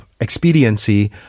expediency